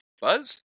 Buzz